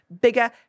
bigger